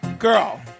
Girl